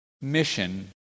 mission